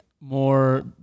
more